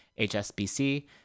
HSBC